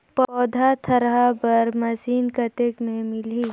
पौधा थरहा बर मशीन कतेक मे मिलही?